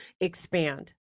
expand